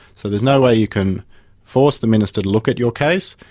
so there's no way you can force the minister to look at your case,